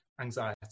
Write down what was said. anxiety